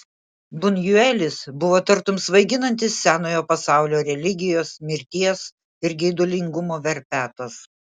bunjuelis buvo tartum svaiginantis senojo pasaulio religijos mirties ir geidulingumo verpetas